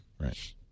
Right